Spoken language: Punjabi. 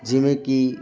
ਜਿਵੇਂ ਕਿ